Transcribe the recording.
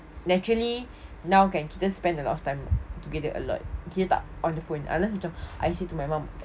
naturally now kan kita spend a lot of time together a lot kita tak on the phone kita macam I say to my mum